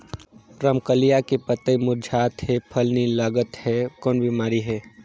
रमकलिया के पतई मुरझात हे फल नी लागत हे कौन बिमारी हे?